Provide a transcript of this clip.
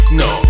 no